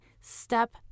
step